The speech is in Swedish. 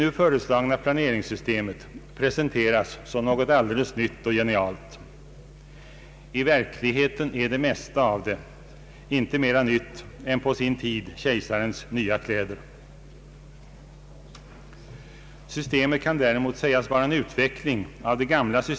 Erfarenheten har visat att så dock inte blivit fallet.